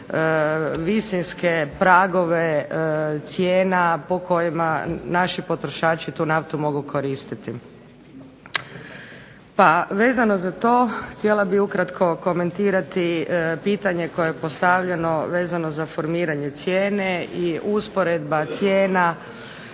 visinske pragove cijena po kojima naši potrošači tu naftu mogu koristiti. Pa vezano za to htjela bih ukratko komentirati pitanje koje je postavljeno vezano za formiranje cijene i usporedba cijena